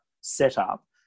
setup